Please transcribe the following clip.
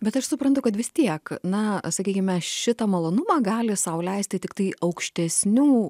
bet aš suprantu kad vis tiek na sakykime šitą malonumą gali sau leisti tiktai aukštesnių